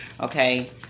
okay